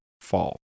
fall